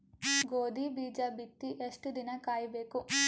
ಗೋಧಿ ಬೀಜ ಬಿತ್ತಿ ಎಷ್ಟು ದಿನ ಕಾಯಿಬೇಕು?